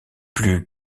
plus